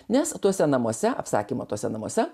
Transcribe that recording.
nes tuose namuose apsakymo tuose namuose